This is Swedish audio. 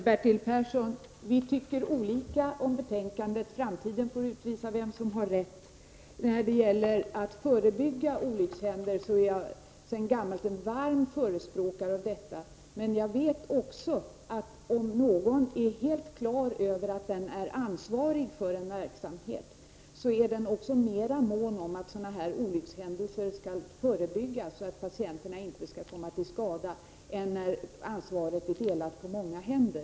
Herr talman! Bertil Persson och jag har olika uppfattningar om betänkandet. Framtiden får visa vem som har rätt. Sedan gammalt är jag en varm förespråkare för att man skall förebygga olyckshändelser. Men jag vet också att om någon är helt klar över att han är ansvarig för en verksamhet, är han också mer mån om att förebygga olyckshändelser för att inte patienterna skall komma till skada, än när ansvaret är delat på många händer.